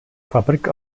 fabrik